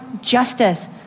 justice